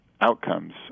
outcomes